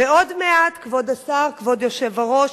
ועוד מעט, כבוד השר, כבוד היושב-ראש,